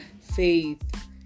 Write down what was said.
faith